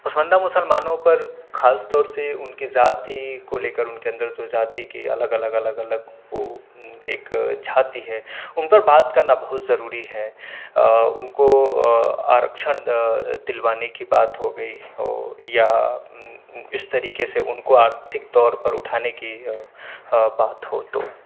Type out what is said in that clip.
پسماندہ مسلمانوں پر خاص طور سے ان کے ذاتی کو لے ان کے اندر جو ذاتی کی الگ الگ الگ الگ وہ ایک جھاتی ہے ان پر بات کرنا بہت ضروری ہے ان کو آرچھن دلوانے کی بات ہو گئی اور یا اس طریقے سے ان کو آرتھک طور پر اٹھانے کی بات ہو تو